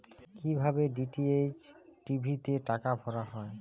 কি ভাবে DTH TV তে টাকা ভরা হয়?